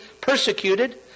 persecuted